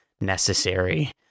necessary